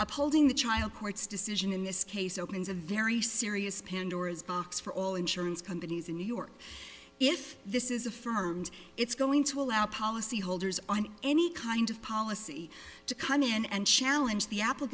upholding the child court's decision in this case opens a very serious pandora's box for all insurance companies in new york if this is affirmed it's going to allow policyholders on any kind of policy to come in and challenge the